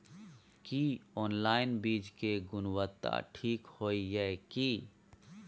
की online बीज के गुणवत्ता ठीक होय ये की?